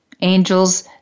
Angels